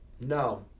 No